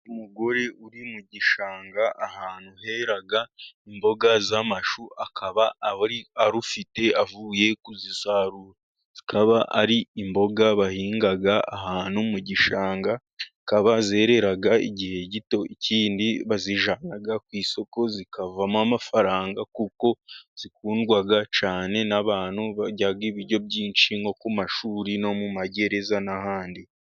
Umugore uri mu gishanga ahantu hera imboga z'amashu, akaba arufite avuye kuzisarura. Akaba ari imboga bahinga ahantu mu gishanga, zikaba zerera igihe gito, ikindi bazijyana ku isoko zikavamo amafaranga, kuko zikundwa cyane n'abantu barya ibiryo byinshi, nko ku mashuri, no mu magereza n'ahandi.